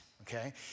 Okay